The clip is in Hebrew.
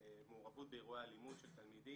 במעורבות באירועי אלימות של תלמידים.